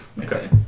Okay